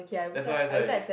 that's why that's why